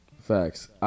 Facts